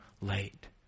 late